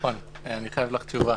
נכון, אני חייב לך תשובה.